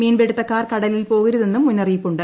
മീൻപിടുത്തക്കാർ കടലിൽ പോകരുതെന്നും മുന്നറിയിപ്പ് ഉണ്ട്